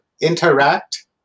interact